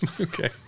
Okay